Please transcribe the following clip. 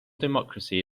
democracy